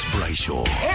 Brayshaw